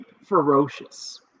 ferocious